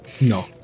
no